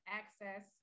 access